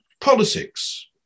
politics